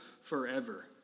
forever